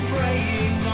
Praying